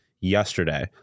yesterday